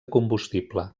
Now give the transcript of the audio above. combustible